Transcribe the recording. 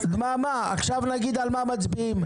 עכשיו נגיד על מה מצביעים.